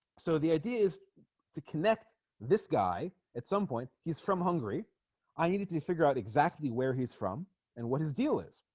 so the idea is to connect this guy at some point he's from hungary i needed to figure out exactly where he's from and what his deal is